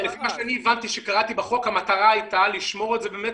לפי מה שאני הבנתי כשקראתי בחוק המטרה הייתה לשמור את זה באמת,